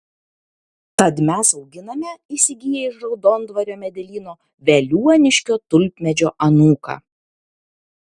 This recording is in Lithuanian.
tad mes auginame įsigiję iš raudondvario medelyno veliuoniškio tulpmedžio anūką